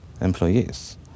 employees